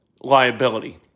liability